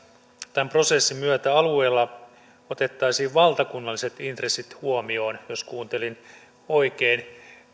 tämän prosessin myötä alueilla otettaisiin valtakunnalliset intressit huomioon jos kuuntelin oikein